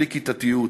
בלי כיתתיות,